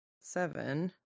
seven